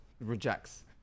rejects